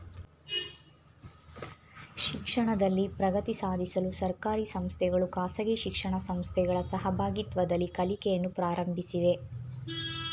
ಶಿಕ್ಷಣದಲ್ಲಿ ಪ್ರಗತಿ ಸಾಧಿಸಲು ಸರ್ಕಾರಿ ಸಂಸ್ಥೆಗಳು ಖಾಸಗಿ ಶಿಕ್ಷಣ ಸಂಸ್ಥೆಗಳ ಸಹಭಾಗಿತ್ವದಲ್ಲಿ ಕಲಿಕೆಯನ್ನು ಪ್ರಾರಂಭಿಸಿವೆ